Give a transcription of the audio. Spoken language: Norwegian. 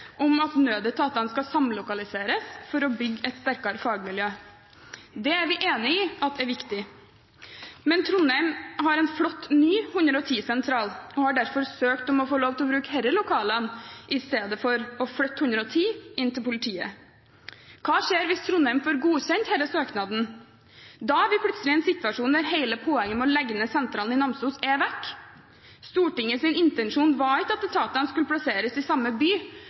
om at nødetatene skal samlokaliseres for å bygge et sterkere fagmiljø. Det er vi enig i at er viktig. Men Trondheim har en flott ny 110-sentral og har derfor søkt om å få lov til å bruke disse lokalene i stedet for å flytte 110-sentralen inn til politiet. Hva skjer hvis Trondheim får godkjent denne søknaden? Da har vi plutselig en situasjon der hele poenget med å legge ned sentralen i Namsos er borte. Stortingets intensjon var ikke at etatene skulle plasseres i samme by,